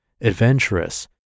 adventurous